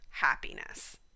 happiness